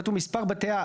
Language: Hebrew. כתוב מספר בתי האב.